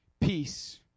Peace